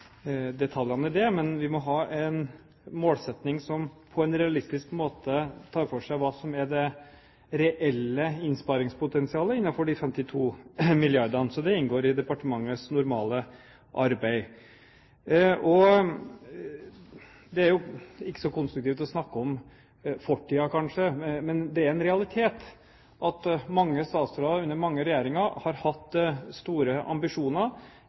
detaljene i det, men vi må ha en målsetting som på en realistisk måte tar for seg hva som er det reelle innsparingspotensialet innenfor de 52 milliardene. Det inngår i departementets normale arbeid. Det er ikke så konstruktivt å snakke om fortiden, kanskje, men det er en realitet at mange statsråder under mange regjeringer har hatt store ambisjoner,